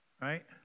right